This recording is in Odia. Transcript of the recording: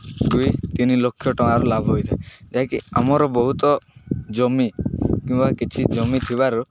ଦୁଇ ତିନି ଲକ୍ଷ ଟଙ୍କାର ଲାଭ ହୋଇଥାଏ ଯାହାକି ଆମର ବହୁତ ଜମି କିମ୍ବା କିଛି ଜମି ଥିବାରୁ